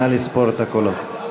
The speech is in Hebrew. נא לספור את הקולות.